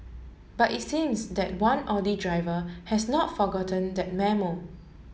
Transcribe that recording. but it seems that one Audi driver has not forgotten that memo